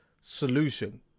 solution